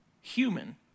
human